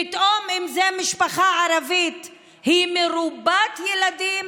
פתאום אם זו משפחה ערבית היא מרובת ילדים